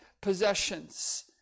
possessions